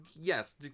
Yes